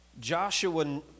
Joshua